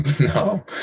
No